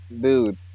dude